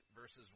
verses